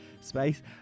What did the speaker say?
space